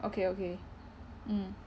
okay okay mm